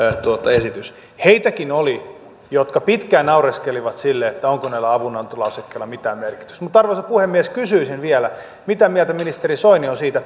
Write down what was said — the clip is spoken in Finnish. esitys heitäkin oli jotka pitkään naureskelivat sille onko näillä avunantolausekkeilla mitään merkitystä mutta arvoisa puhemies kysyisin vielä mitä mieltä ministeri soini on siitä